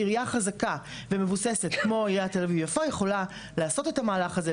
עירייה חזקה ומבוססת כמו עיריית תל אביב-יפו יכולה לעשות את המהלך הזה,